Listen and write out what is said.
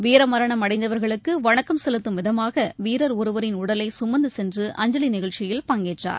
வீர மரணம் அடைந்தவர்களுக்கு வணக்கம் செலுத்தும் விதமாக வீரர் ஒருவரின் உடலை கமந்து சென்று அஞ்சலி நிகழ்ச்சியில் பங்கேற்றார்